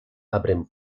abren